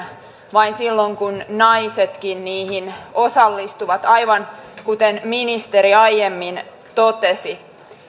vain silloin kun naisetkin niihin osallistuvat aivan kuten ministeri aiemmin totesi